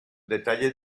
detalles